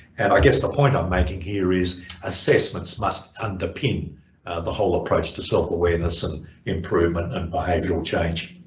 and i guess the point i'm making here is assessments must underpin the whole approach to self awareness and improvement and behavioral change.